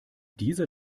dieser